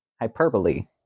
hyperbole